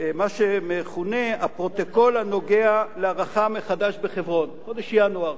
מה שמכונה "הפרוטוקול הנוגע להערכה מחדש בחברון" בחודש ינואר.